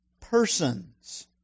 persons